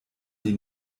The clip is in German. die